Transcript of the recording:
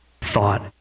thought